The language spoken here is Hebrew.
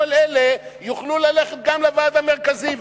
כל אלה יוכלו ללכת גם לוועד המרכזי,